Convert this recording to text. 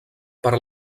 per